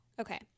Okay